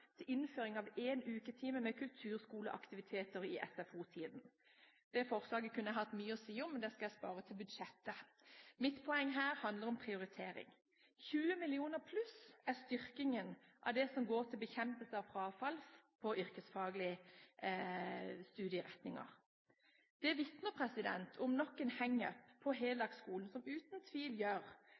til innføring av én uketime med kulturskoleaktiviteter i SFO-tiden. Det forslaget kunne jeg hatt mye å si om, men det skal jeg spare til budsjettet. Mitt poeng her handler om prioritering. 20 mill. kr pluss er styrkingen av det som går til bekjempelse av frafall på yrkesfaglige studieretninger. Det vitner om nok en «hang-up» på heldagsskolen, som uten tvil gjør